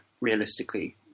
realistically